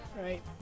right